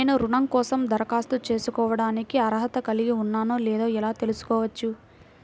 నేను రుణం కోసం దరఖాస్తు చేసుకోవడానికి అర్హత కలిగి ఉన్నానో లేదో ఎలా తెలుసుకోవచ్చు?